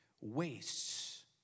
wastes